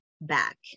back